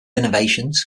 innovations